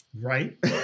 Right